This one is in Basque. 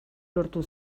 lortu